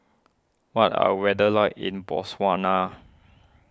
what are weather like in Botswana